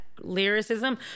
lyricism